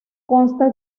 consta